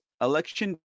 Election